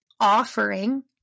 offering